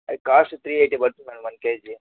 అది cost three eighty పడ్తుంది madam one KG